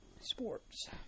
Sports